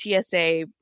TSA